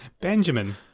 Benjamin